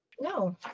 No